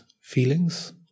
feelings